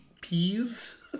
peas